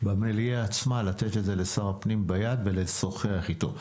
במליאה עצמה לתת את זה לשר הפנים ביד ולשוחח איתו.